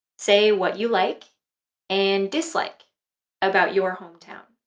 say what you like and dislike about your hometown.